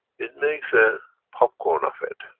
it makes a popcorn of it.